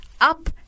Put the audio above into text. up